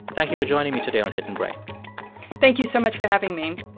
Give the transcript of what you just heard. thank you for joining me today on hidden brain thank you so much for having me